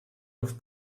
auf